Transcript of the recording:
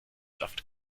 saft